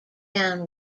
down